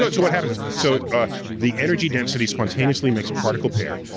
but so what happens is, so the energy density spontaneously makes a particle pair,